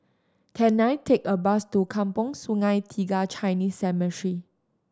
can I take a bus to Kampong Sungai Tiga Chinese Cemetery